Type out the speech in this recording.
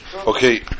Okay